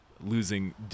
losing